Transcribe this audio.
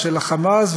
ושל ה"חמאס",